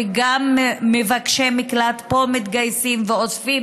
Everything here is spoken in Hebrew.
וגם מבקשי מקלט פה מתגייסים ואוספים